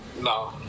No